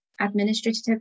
administrative